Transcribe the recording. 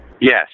Yes